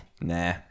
Nah